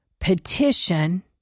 petition